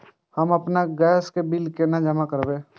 हम आपन गैस के बिल केना जमा करबे?